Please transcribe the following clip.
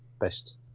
best